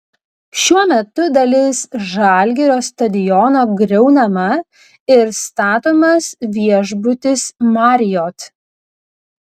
šiuo metu dalis žalgirio stadiono griaunama ir statomas viešbutis marriott